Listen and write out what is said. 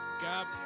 God